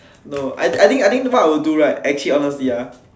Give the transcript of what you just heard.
no I think I think what I will do right actually honestly ah